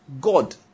God